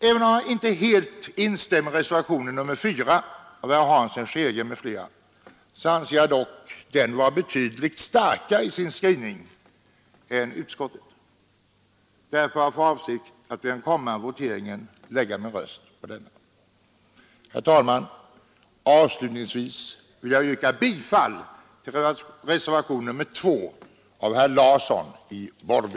Även om jag inte helt biträder reservationen 4 av herr Hansson i Skegrie m.fl. anser jag dock att skrivningen i den är betydligt starkare än den skrivning som utskottsmajoriteten har gjort. Därför har jag för avsikt att i den kommande voteringen lägga min röst på den reservationen. Herr talman! Avslutningsvis vill jag yrka bifall till reservationen 2 av herr Larsson i Borrby.